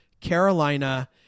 Carolina